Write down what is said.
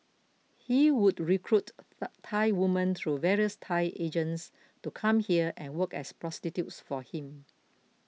he would recruit Thai women through various Thai agents to come here and work as prostitutes for him